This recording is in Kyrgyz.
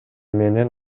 менен